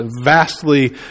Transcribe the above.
vastly